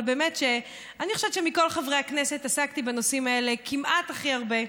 אבל באמת שאני חושבת שמכל חברי הכנסת עסקתי בנושאים האלה כמעט הכי הרבה,